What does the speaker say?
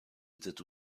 étaient